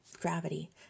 Gravity